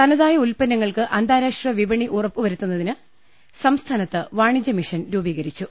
തനതായ ഉൽപ്പന്നങ്ങൾക്ക് അന്താരാഷ്ട്ര വിപണി ഉറപ്പു വരു ത്തുന്നതിന് സംസ്ഥാനത്ത് വാണിജൃ മിഷൻ രൂപീകരിച്ചു